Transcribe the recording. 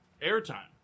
airtime